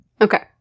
Okay